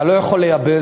אתה לא יכול לייבא,